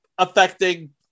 Affecting